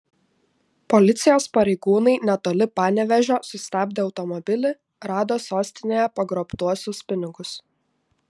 policijos pareigūnai netoli panevėžio sustabdę automobilį rado sostinėje pagrobtuosius pinigus